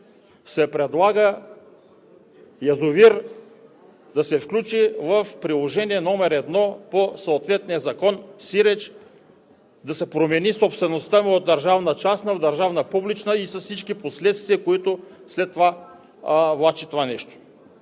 се предлага язовир да се включи в Приложение № 1 към съответния закон, сиреч да се промени собствеността му от държавна частна в държавна публична, с всички последствия, които влачи това нещо.